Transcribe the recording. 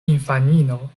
infanino